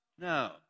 No